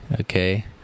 Okay